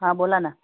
हां बोला ना